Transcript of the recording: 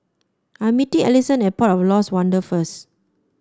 I am meeting Alisson at Port of Lost Wonder first